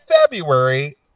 February